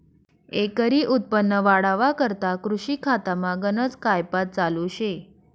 एकरी उत्पन्न वाढावा करता कृषी खातामा गनज कायपात चालू शे